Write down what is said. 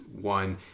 one